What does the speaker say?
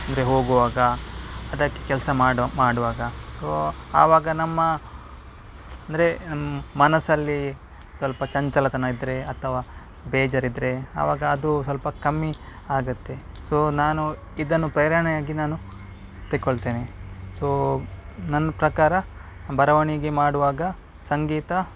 ಅಂದರೆ ಹೋಗುವಾಗ ಅದಕ್ಕೆ ಕೆಲಸ ಮಾಡೋ ಮಾಡುವಾಗ ಸೊ ಆವಾಗ ನಮ್ಮ ಅಂದರೆ ಮನಸ್ಸಲ್ಲಿ ಸ್ವಲ್ಪ ಚಂಚಲತನ ಇದ್ದರೆ ಅಥವಾ ಬೇಜರಿದ್ದರೆ ಆವಾಗ ಅದು ಸ್ವಲ್ಪ ಕಮ್ಮಿ ಆಗುತ್ತೆ ಸೊ ನಾನು ಇದನ್ನು ಪ್ರೇರಣೆಯಾಗಿ ನಾನು ತಗೊಳ್ತೇನೆ ಸೊ ನನ್ನ ಪ್ರಕಾರ ಬರವಣಿಗೆ ಮಾಡುವಾಗ ಸಂಗೀತ